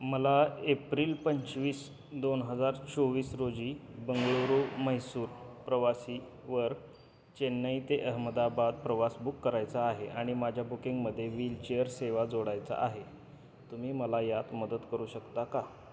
मला एप्रिल पंचवीस दोन हजार चोवीस रोजी बंगळुरू म्हैसूर प्रवासीवर चेन्नई ते अहमदाबाद प्रवास बुक करायचा आहे आणि माझ्या बुकिंगमध्ये व्हीलचेअर सेवा जोडायचा आहे तुम्ही मला यात मदत करू शकता का